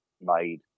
made